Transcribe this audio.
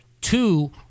two